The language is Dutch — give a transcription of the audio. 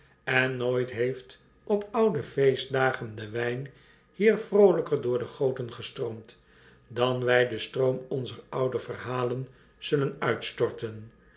en nooit heeft op oude feestdagen de wjjn hier vroolijker door de goten gestroomd dan wij den stroom onzer oude verhalen zullen uitstorten